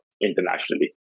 internationally